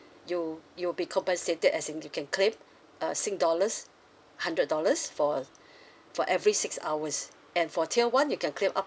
you you'll be compensated as in you can claim uh sing dollars hundred dollars for for every six hours and for tier one you can claim up